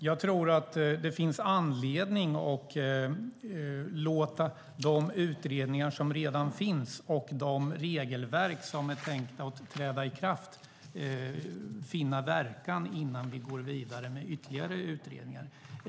Fru talman! Det finns anledning att låta de utredningar som redan finns och de regelverk som är tänkta att träda i kraft finna verkan innan vi går vidare med ytterligare utredningar.